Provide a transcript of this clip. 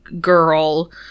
girl